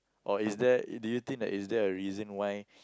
or is there do you think that is there a reason why